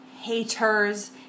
haters